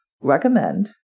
recommend